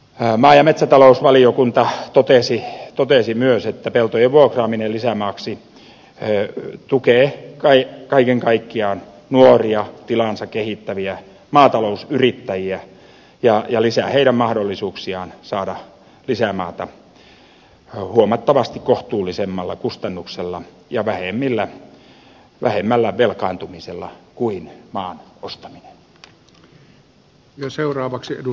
maa ja metsätalousvaliokunta totesi myös että peltojen vuokraaminen lisämaaksi tukee kaiken kaikkiaan nuoria tilaansa kehittäviä maatalousyrittäjiä ja lisää heidän mahdollisuuksiaan saada lisämaata huomattavasti kohtuullisemmalla kustannuksella ja vähemmällä velkaantumisella kuin maan ostamisessa